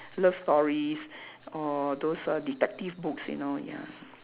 love stories or those err detective books you know ya